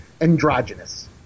androgynous